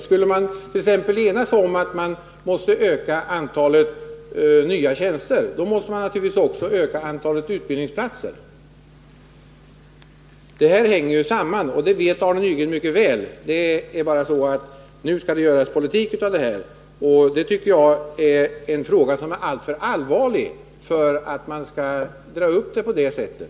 Skulle man t.ex. enas om att det är nödvändigt att öka antalet nya tjänster, måste man naturligtvis också öka antalet utbildningsplatser. Detta hänger samman — det vet Arne Nygren mycket väl, men det är bara så att nu skall det göras politik av den här frågan. Jag tycker att den är alltför allvarlig för att man skall ta upp den på det sättet.